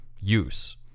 use